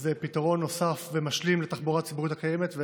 זה פתרון נוסף ומשלים לתחבורה הציבורית הקיימת.